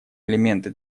элементы